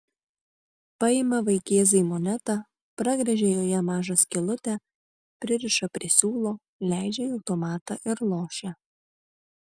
paima vaikėzai monetą pragręžia joje mažą skylutę pririša prie siūlo leidžia į automatą ir lošia